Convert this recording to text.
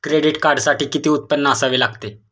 Credit कार्डसाठी किती उत्पन्न असावे लागते?